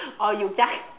or you just